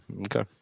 Okay